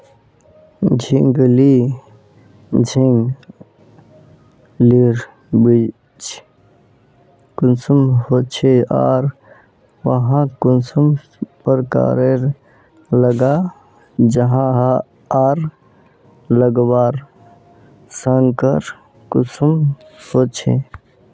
झिंगली झिंग लिर बीज कुंसम होचे आर वाहक कुंसम प्रकारेर लगा जाहा आर लगवार संगकर कुंसम होचे?